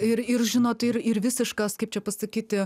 ir ir žinot ir ir visiškas kaip čia pasakyti